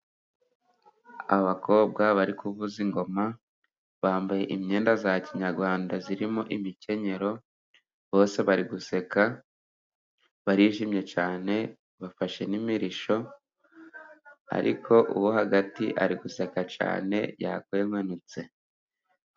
Abakobwa bari kuvuza ingoma bambaye imyenda ya kinyarwanda irimo imikenyero. Bose bari guseka barishimye cyane, bafashe n'imirishyo, ariko uwo hagati ari guseka cyane yakwenkwenutse.